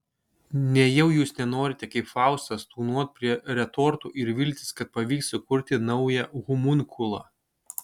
nejau jūs nenorite kaip faustas tūnot prie retortų ir viltis kad pavyks sukurti naują homunkulą